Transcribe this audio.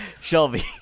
Shelby